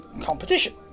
competition